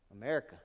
America